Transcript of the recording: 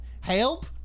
help